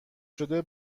شده